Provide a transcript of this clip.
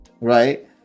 right